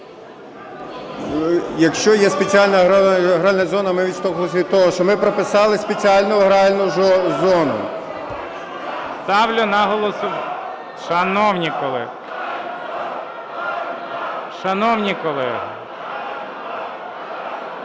Якщо є спеціальна гральна зона, ми відштовхувалися від того, що ми прописали спеціальну гральну зону. ГОЛОВУЮЧИЙ. Ставлю на голосування. Шановні колеги!